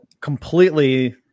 completely